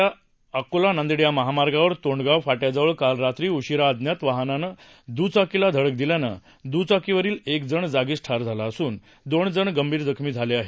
वाशिम जिल्ह्या ळिया अकोला नांदेड या महामार्गावर तोंडगाव फा िवाजवळ काल रात्री उशिरा अज्ञात वाहनान दुचाकीला धडक दिल्यान दुचाकी वरील एक जण जागीच ठार झाला असून त्विर दोन जण गंभीर जखमी झाले आहेत